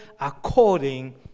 according